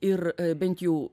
ir bent jau